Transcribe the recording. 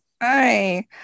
Hi